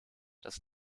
das